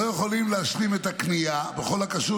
לא יכולים להשלים את הקנייה בכל הקשור